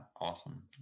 Awesome